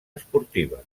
esportiva